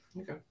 Okay